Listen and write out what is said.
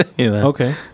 Okay